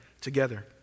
together